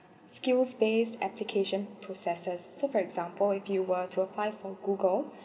skills based application processes so for example if you were to apply for google